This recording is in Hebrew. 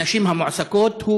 הנשים המועסקות,